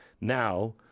Now